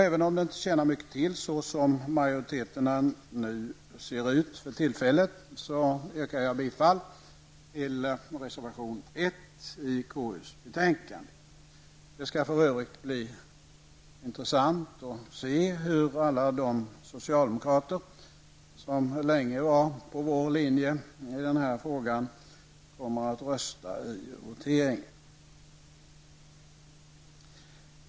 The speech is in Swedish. Även om det inte tjänar mycket till, såsom majoriteterna nu ser ut, yrkar jag bifall till reservation 1 till konstitutionsutskottets betänkande. Det skall för övrigt bli intressant att se hur alla de socialdemokrater som länge var inne på vår linje i den här frågan kommer att rösta vid voteringen.